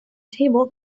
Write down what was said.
table